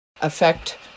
affect